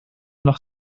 noch